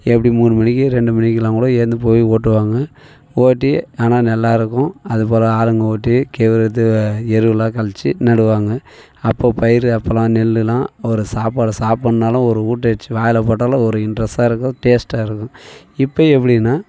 எப்படி மூணு மணிக்கு ரெண்டு மணிக்குலாம் கூட எழுந்து போய் ஓட்டுவாங்க ஓட்டி ஆனால் நெல்லா இருக்கும் அதுக்கு பிறகு ஆளுங்க ஓட்டி கே இது எருவுலாம் கழிச்சி நடுவாங்க அப்போ பயிரு அப்போலாம் நெல்லுலாம் ஒரு சாப்பாடு சாப்பிட்னாலும் ஒரு ஊட்ட அடித்து வாயில் போட்டாலும் ஒரு இண்ட்ரெஸ்ட்டாக இருக்கும் டேஸ்ட்டாக இருக்கும் இப்போ எப்படினா